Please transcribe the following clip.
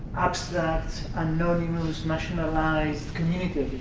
abstract anonymous, nationalized community